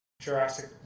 jurassic